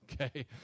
Okay